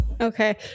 Okay